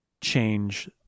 change